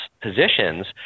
positions